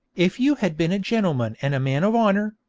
if you had been a gentleman and a man of honour,